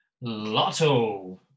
lotto